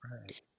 Right